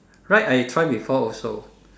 Ryde I try before also